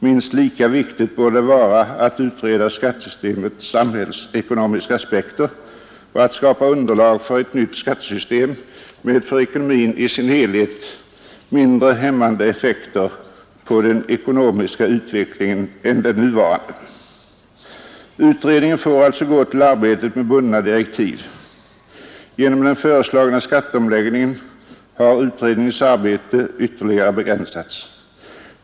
Minst lika viktigt borde det vara att utreda skattesystemets samhällsekonomiska aspekter och att skapa underlag för ett nytt skattesystem med för ekonomin i dess helhet mindre hämmande effekter på den ekonomiska utvecklingen än det nuvarande. Utredningen får alltså gå till arbetet med bundna direktiv. Genom den föreslagna skatteomläggningen har utredningens arbete ytterligare begränsats.